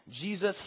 Jesus